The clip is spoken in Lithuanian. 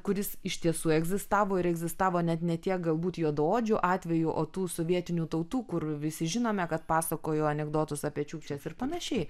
kuris iš tiesų egzistavo ir egzistavo net ne tiek galbūt juodaodžių atveju o tų sovietinių tautų kur visi žinome kad pasakojo anekdotus apie čiukčias ir panašiai